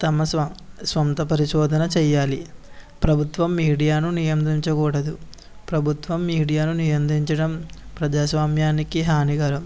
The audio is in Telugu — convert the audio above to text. తమ సొం సొంత పరిశోధన చేయ్యాలి ప్రభుత్వం మీడియాను నియంత్రించకూడదు ప్రభుత్వం మీడియాను నియంత్రించడం ప్రజాస్వామ్యానికి హానికరం